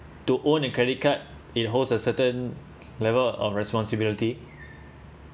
to own a credit card it holds a certain level of responsibility